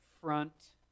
Front